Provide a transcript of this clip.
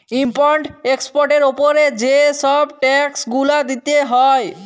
import এক্সপর্টের উপরে যে ছব ট্যাক্স গুলা দিতে হ্যয়